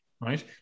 right